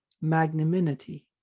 magnanimity